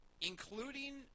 including